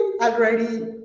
already